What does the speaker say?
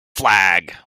flag